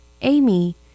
Amy